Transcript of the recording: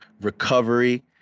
recovery